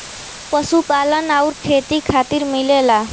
पशुपालन आउर खेती खातिर मिलेला